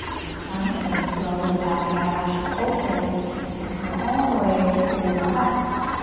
excellent and then slowly we'll bat the eyelashes open and come all the way to our backs.